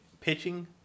pitching